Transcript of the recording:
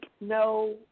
no